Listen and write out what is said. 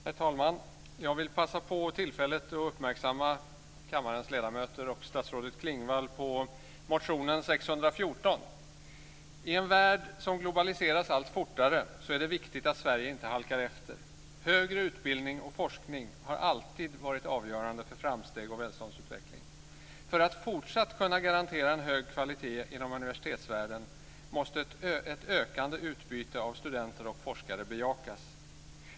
Herr talman! Jag vill passa på tillfället att uppmärksamma kammarens ledamöter och statsrådet Klingvall på motion Sf614. I en värld som globaliseras allt fortare är det viktigt att Sverige inte halkar efter. Högre utbildning och forskning har alltid varit avgörande för framsteg och välståndsutveckling. För att fortsatt kunna garantera en hög kvalitet inom universitetsvärlden måste ett ökande utbyte av studenter och forskare bejakas.